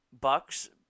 Bucks